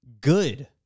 Good